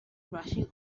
rushing